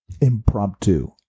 impromptu